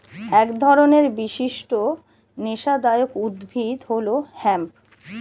এক ধরনের বিশিষ্ট নেশাদায়ক উদ্ভিদ হল হেম্প